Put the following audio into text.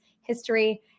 history